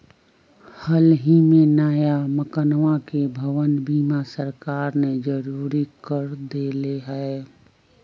हल ही में नया मकनवा के भवन बीमा सरकार ने जरुरी कर देले है